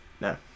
No